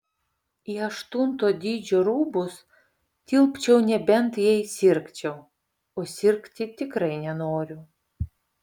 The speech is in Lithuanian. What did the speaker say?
į aštunto dydžio rūbus tilpčiau nebent jei sirgčiau o sirgti tikrai nenoriu